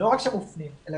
לא רק שמופנים היא